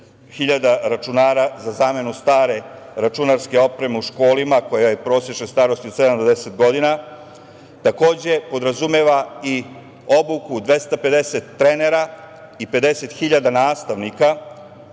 50.000 računara za zamenu stare računarske opreme u školama, čija je prosečna starost od sedam do deset godina. Takođe, podrazumeva i obuku 250 trenera i 50.000 nastavnika